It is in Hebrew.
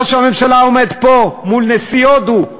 ראש הממשלה עומד פה מול נשיא הודו,